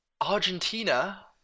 Argentina